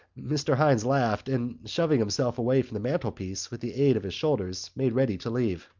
mr. hynes laughed and, shoving himself away from the mantelpiece with the aid of his shoulders, made ready to leave.